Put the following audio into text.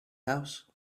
house